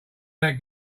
that